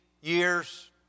years